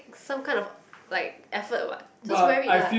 some kind of like effort what just wear it lah